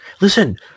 listen